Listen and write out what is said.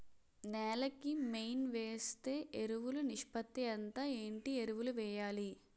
నేల కి మెయిన్ వేసే ఎరువులు నిష్పత్తి ఎంత? ఏంటి ఎరువుల వేయాలి?